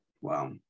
Wow